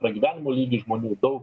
pragyvenimo lygį žmonių daug